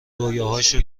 رویاهاشو